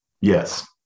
Yes